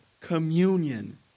communion